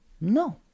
No